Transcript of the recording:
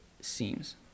seems